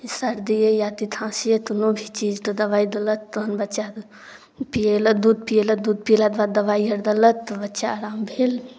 सर्दिए या ति खाँसीए तोनो भी चीजते दवाइ तेलत तहन बच्चाते पिएलत दूध पिएलत दूध पिएलाते बाद दवाइ अर देलत तऽ बच्चा आराम भेल